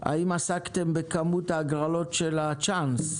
האם עסקתם בכמות ההגרלות של הצ'אנס,